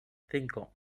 cinco